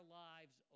lives